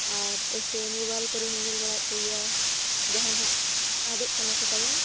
ᱟᱨ ᱮᱥᱮ ᱢᱳᱵᱟᱭᱤᱞ ᱠᱚᱨᱮ ᱦᱚᱸᱧ ᱧᱮᱞ ᱵᱟᱲᱟᱭᱮᱫ ᱠᱚᱜᱮᱭᱟ ᱡᱟᱦᱟᱸ ᱱᱟᱜ ᱟᱫᱚᱜ ᱠᱟᱱᱟ ᱠᱚ ᱛᱟᱵᱚᱱ